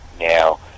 Now